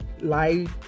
light